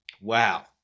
Wow